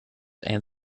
and